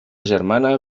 germana